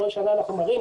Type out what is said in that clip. כל שנה אנחנו מראים,